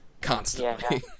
Constantly